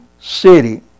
city